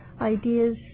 ideas